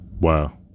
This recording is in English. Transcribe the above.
Wow